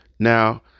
Now